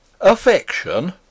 Affection